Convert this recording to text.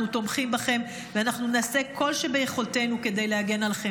אנחנו תומכים בכם ואנחנו נעשה כל שביכולתנו כדי להגן עליכם.